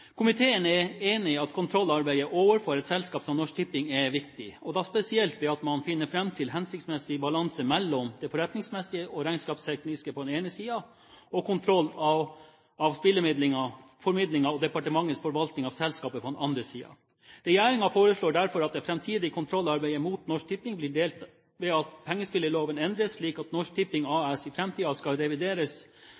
Komiteen er enig i at kontrollarbeidet overfor et selskap som Norsk Tipping er viktig, og da spesielt ved at man finner fram til hensiktsmessig balanse mellom det forretningsmessige og regnskapstekniske på den ene siden, og kontroll av spillformidlingen og departementets forvaltning av selskapet på den andre siden. Regjeringen foreslår derfor at det framtidige kontrollarbeidet mot Norsk Tipping blir delt ved at pengespilloven endres slik at Norsk Tipping